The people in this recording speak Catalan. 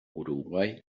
uruguai